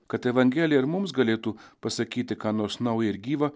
kad evangelija ir mums galėtų pasakyti ką nors naują ir gyvą